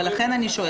ולכן אני שואלת.